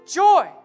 joy